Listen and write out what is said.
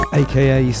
aka